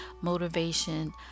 motivation